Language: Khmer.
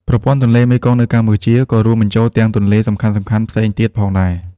ប្រព័ន្ធទន្លេមេគង្គនៅកម្ពុជាក៏រួមបញ្ចូលទាំងទន្លេសំខាន់ៗផ្សេងទៀតផងដែរ។